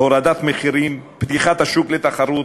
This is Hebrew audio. הורדת מחירים, פתיחת השוק לתחרות,